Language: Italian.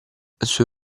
sul